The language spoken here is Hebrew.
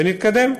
ונתקדם.